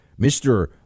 Mr